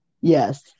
yes